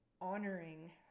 honoring